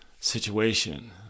situation